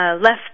left